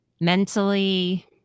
mentally